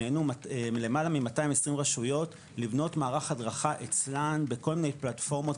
נענו למעלה מ-220 רשויות לבנות מערך הדרכה אצלן בכל מיני פלטפורמות,